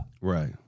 Right